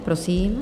Prosím.